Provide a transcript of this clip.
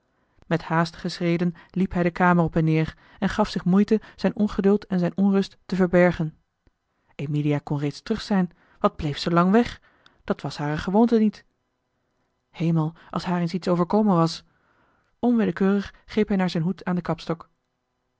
met haastige schreden liep hij de kamer op en neer en gaf zich moeite zijn ongeduld en zijne onrust te verbergen emilia kon reeds terug zijn wat bleef ze lang weg dat was toch hare gewoonte niet hemel als haar eens iets overkomen was onwillekeurig greep hij naar zijn hoed aan den kapstok